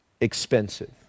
expensive